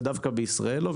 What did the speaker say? ודווקא בישראל לא.